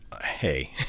Hey